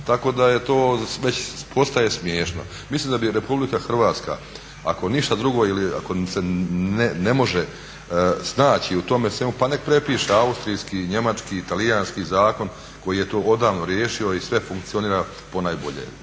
Tako da to postaje već smiješno. Mislim da bi RH ako ništa drugo ili ako se ne može snaći u tome svemu pa nek prepiše austrijski, njemački, talijanski zakon koji je to odavno riješio i sve funkcionira ponajbolje.